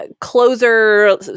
closer